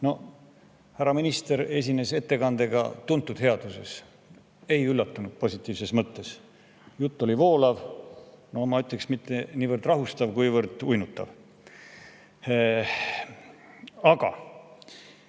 Härra minister esines ettekandega tuntud headuses. Ei üllatanud positiivses mõttes – jutt oli voolav, ma ütleksin, et mitte niivõrd rahustav, kuivõrd uinutav. Aga